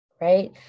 right